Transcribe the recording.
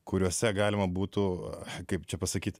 kuriuose galima būtų kaip čia pasakyti